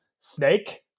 snake